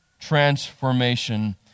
transformation